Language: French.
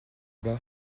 bas